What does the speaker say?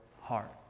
heart